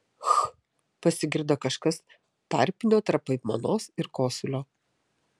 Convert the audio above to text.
ch pasigirdo kažkas tarpinio tarp aimanos ir kosulio